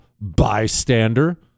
bystander